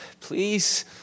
Please